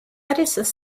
არის